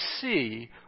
see